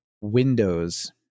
windows